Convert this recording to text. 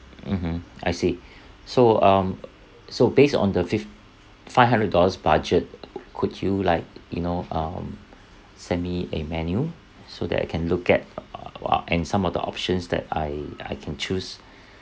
mmhmm I see so um so based on the fif~ five hundred dollars budget could you like you know um send me a menu so that I can look at err wh~ and some of the options that I I can choose